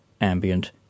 ambient